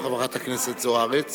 למיטב ידיעתי